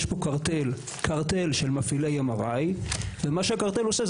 יש פה קרטל של מפעילי MRI. מה שהקרטל עושה,